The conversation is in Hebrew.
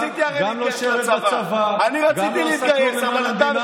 גם לא שירת בצבא, גם לא עשה כלום למען המדינה